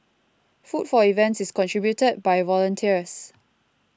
food for events is contributed by volunteers